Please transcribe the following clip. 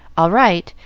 all right.